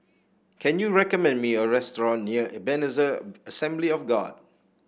can you recommend me a restaurant near Ebenezer Assembly of God